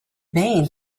vain